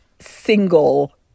single